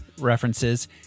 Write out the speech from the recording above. references